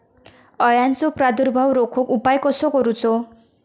अळ्यांचो प्रादुर्भाव रोखुक उपाय कसो करूचो?